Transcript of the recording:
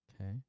Okay